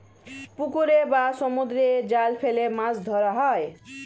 পুকুরে বা সমুদ্রে জাল ফেলে মাছ ধরা হয়